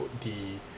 the